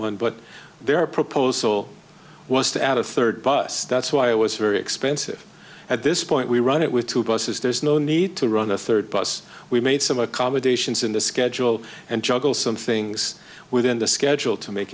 one but their proposal was to add a third bus that's why it was very expensive at this point we run it with two buses there's no need to run a third bus we made some accommodations in the schedule and juggle some things within the schedule to make